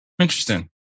Interesting